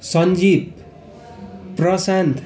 Sanjit Prashant